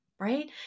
Right